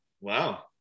wow